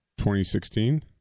2016